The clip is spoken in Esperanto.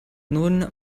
nun